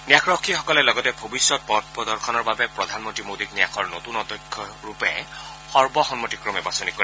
ন্যাসৰক্ষীসকলে লগতে ভৱিষ্যতে পথ প্ৰদৰ্শনৰ বাবে প্ৰধানমন্ত্ৰী মোদীক ন্যাসৰ নতুন অধ্যক্ষৰূপে সৰ্বসমিতক্ৰমে বাচনি কৰে